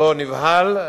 לא נבהל,